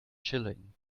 chilling